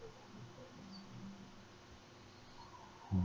mm